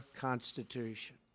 Constitution